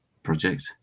project